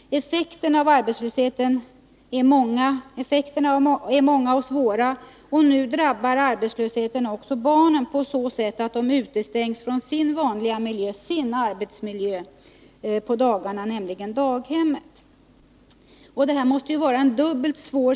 Dess effekter är många och svåra, och nu drabbar arbetslösheten också barnen, på så sätt att de utestängs från sin vanliga miljö, sin arbetsmiljö, nämligen daghemmet.